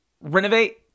renovate